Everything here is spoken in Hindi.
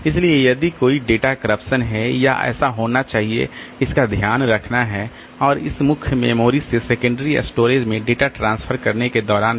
इसलिए यदि कोई डाटा करप्शन है या ऐसा होना चाहिए इसका ध्यान रखना है और इस मुख्य मेमोरी से सेकेंडरी स्टोरेज में डेटा ट्रांसफर करने के दौरान भी